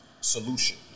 solution